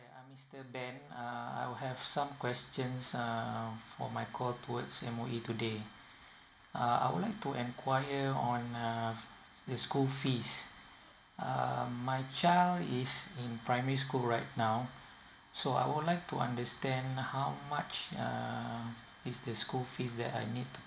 I'm mister ben uh I'll have some questions err for my call towards M_O_E today uh I would like to enquire on uh the school fees err my child is in primary school right now so I would like to understand how much err is the school fees that I need to